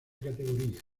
categoría